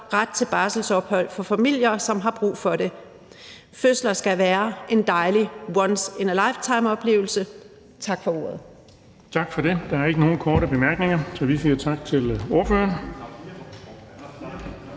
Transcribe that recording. ret til barselsophold for familier, som har brug for det. Fødsler skal være en dejlig once in a lifetime-oplevelse. Tak for ordet.